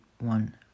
one